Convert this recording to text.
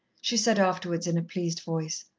she said afterwards in a pleased voice.